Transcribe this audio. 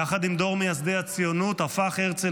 יחד עם דור מייסדי הציונות הפך הרצל